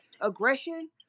aggression